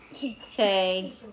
Say